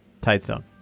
Tidestone